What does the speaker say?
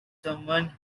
someone